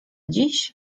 dziś